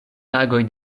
tagoj